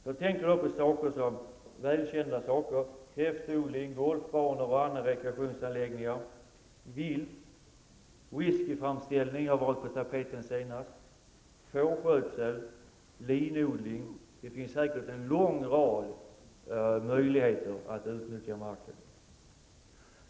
Jag tänker då på välkända saker såsom kräftodling, golfbanor och andra rekreationsanläggningar, vilt, whiskyframställning -- vilket senast varit på tapeten -- fårskötsel och linodling. Det finns säkert en lång rad möjligheter att utnyttja marken.